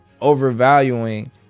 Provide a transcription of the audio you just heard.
overvaluing